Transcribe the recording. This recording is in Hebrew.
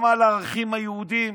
גם על הערכים היהודיים,